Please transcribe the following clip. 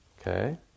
Okay